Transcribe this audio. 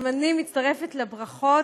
גם אני מצטרפת לברכות,